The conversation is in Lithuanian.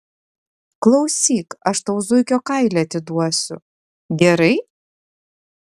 klausyk aš tau zuikio kailį atiduosiu gerai